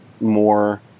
more